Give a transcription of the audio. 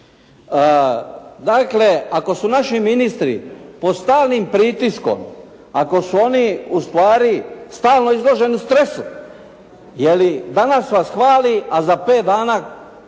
Dakle, ako su naši ministri pod stalnim pritiskom, ako su oni ustvari stalno izloženi stresu, je li, danas vas hvali a za pet dana